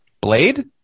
Blade